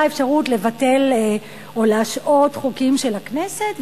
אפשרות לבטל או להשעות חוקים של הכנסת.